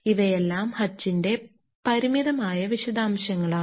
ഇവയെല്ലാം ഹച്ചിന്റെ പരിമിതമായ വിശദാംശങ്ങളാണ്